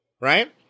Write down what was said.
right